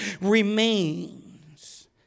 remains